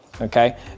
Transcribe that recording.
Okay